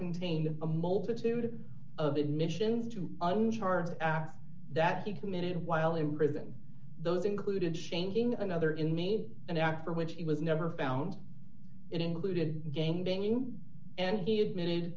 contained a multitude of admissions to un charges acts that he committed while in prison those included changing another in need an act for which he was never found it included gang banging and he admitted